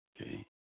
okay